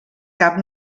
cap